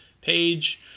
page